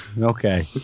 Okay